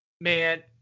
man